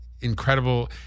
incredible